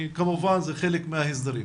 וכמובן שזה חלק מההסדרים.